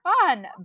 fun